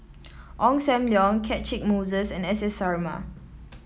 Ong Sam Leong Catchick Moses and S S Sarma